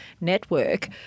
network